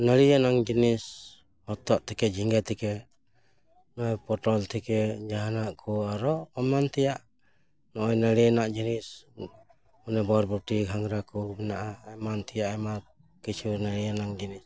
ᱱᱟᱲᱤᱭᱟᱱᱟᱝ ᱡᱤᱱᱤᱥ ᱦᱚᱛᱚᱫ ᱛᱷᱮᱠᱮ ᱡᱤᱸᱜᱟᱹ ᱛᱷᱮᱠᱮ ᱱᱚᱜᱼᱚᱭ ᱯᱚᱴᱚᱞ ᱛᱷᱮᱠᱮ ᱡᱟᱦᱟᱱᱟᱜ ᱠᱚ ᱟᱨᱚ ᱮᱢᱟᱱ ᱛᱮᱭᱟᱜ ᱱᱚᱜᱼᱚᱭ ᱱᱟᱹᱲᱤ ᱨᱮᱱᱟᱜ ᱡᱤᱱᱤᱥ ᱚᱱᱮ ᱵᱚᱨᱵᱚᱴᱤ ᱜᱷᱟᱸᱜᱽᱨᱟ ᱠᱚ ᱢᱮᱱᱟᱜᱼᱟ ᱮᱢᱟᱱ ᱛᱮᱭᱟᱜ ᱟᱭᱢᱟ ᱠᱤᱪᱷᱩ ᱱᱟᱹᱲᱤᱭᱟᱱᱟᱝ ᱡᱤᱱᱤᱥ